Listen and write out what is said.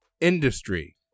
Industry